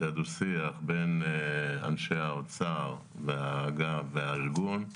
הדו-שיח בין אנשי האוצר לאגף והארגון.